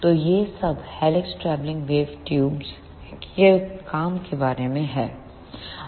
तो यह सब हेलिक्स ट्रैवलिंग वेव ट्यूब के काम के बारे में है